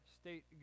state